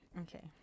Okay